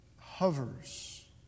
hovers